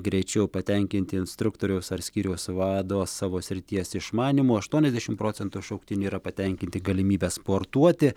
greičiau patenkinti instruktoriaus ar skyriaus vado savo srities išmanymu aštuoniasdešimt procentų šauktinių yra patenkinti galimybe sportuoti